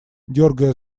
дергая